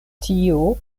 tio